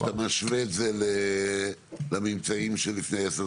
כשאתה משווה את זה לממצאים של לפני 10 שנים?